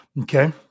Okay